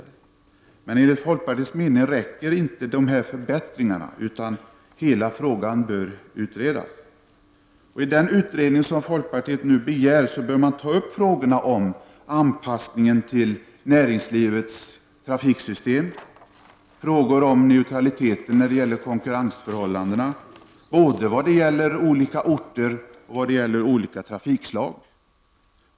Enligt folkpartiets mening räcker inte dessa förbättringar, utan hela frågan bör utredas. I den utredning som folkpartiet begär bör man ta upp frågor om anpassning till näringslivets trafiksystem och frågor om neutralitet när det gäller konkurrensförhållanden vad avser både olika orter och olika trafikslag.